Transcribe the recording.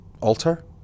alter